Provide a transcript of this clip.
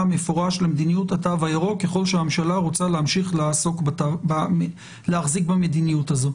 מפורש למדיניות התו הירוק ככל שהממשלה רוצה להחזיק במדיניות הזאת.